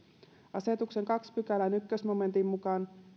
asetuksen toisen pykälän ensimmäisen momentin mukaan